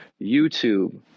YouTube